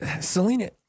Selena